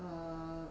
err